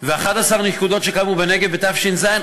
ו-11 הנקודות שקמו בנגב בתש"ז,